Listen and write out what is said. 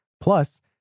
Plus